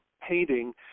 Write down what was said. painting